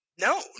No